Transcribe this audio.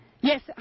Yes